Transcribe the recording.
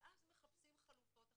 ואז מחפשים חלופות אחרות.